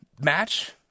match